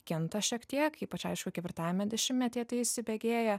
kinta šiek tiek ypač aišku kevirtajame dešimtmetyje tai įsibėgėja